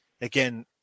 again